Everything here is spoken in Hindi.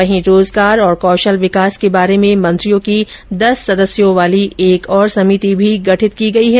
वहीं रोजगार और कौशल विकास के बारे में मंत्रियों की दस सदस्यों वाली एक और समिति भी गठित की गई है